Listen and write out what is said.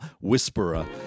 whisperer